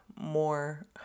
more